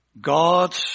God